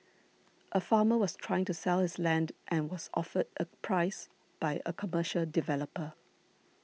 a farmer was trying to sell his land and was offered a price by a commercial developer